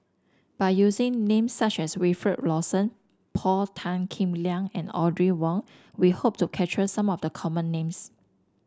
by using names such as Wilfed Lawson Paul Tan Kim Liang and Audrey Wong we hope to capture some of the common names